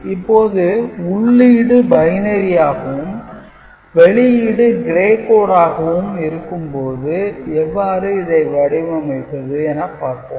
இப்போது உள்ளீடு பைனரியாகவும் வெளியீடு Gray code ஆக இருக்கும்போது எவ்வாறு இதை வடிவமைப்பது என பார்ப்போம்